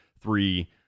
three